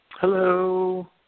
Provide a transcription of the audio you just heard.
Hello